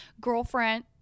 girlfriend